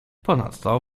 ponadto